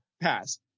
Pass